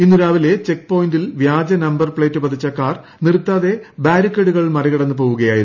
ഇന്ന് രാവിലെ ചെക്ക് പോയിന്റിൽ വ്യാജ നമ്പർ പ്ലേറ്റ് പതിച്ച കാർ നിർത്താതെ ബാരിക്കേഡുകൾ മറികടന്ന് പോവുകയായിരുന്നു